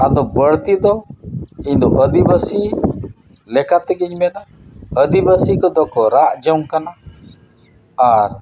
ᱟᱫᱚ ᱵᱟᱹᱲᱛᱤ ᱫᱚ ᱤᱧ ᱟᱹᱫᱤᱵᱟᱹᱥᱤ ᱞᱮᱠᱟ ᱛᱮᱜᱮᱧ ᱢᱮᱱᱟ ᱟᱹᱫᱤᱵᱟᱹᱥᱤ ᱠᱚᱫᱚ ᱠᱚ ᱨᱟᱜ ᱡᱚᱝ ᱠᱟᱱᱟ ᱟᱨ